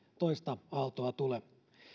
toista aaltoa tule